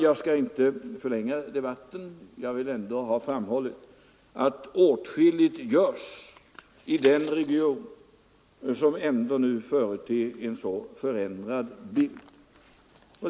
Jag skall inte förlänga debatten, men jag har velat framhålla att åtskilligt görs i den här regionen som nu ändå företer en så förändrad bild.